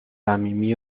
صمیمی